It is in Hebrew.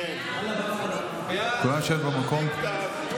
כולם לשבת במקום.